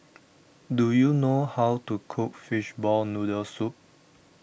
do you know how to cook Fishball Noodle Soup